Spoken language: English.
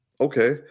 okay